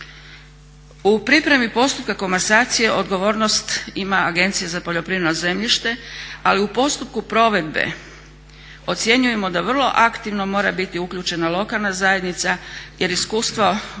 U pripremi postupka komasacije odgovornost ima Agencija za poljoprivredno zemljišta ali u postupku provedbe ocjenjujemo da vrlo aktivno mora biti uključena lokalna zajednice jer iskustvo govori